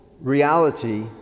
reality